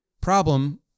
problem